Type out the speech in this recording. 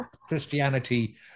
Christianity